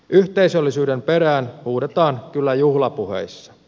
yhteisöllisyyden perään huudetaan kyllä juhlapuheissa